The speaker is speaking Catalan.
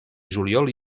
juliol